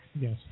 Yes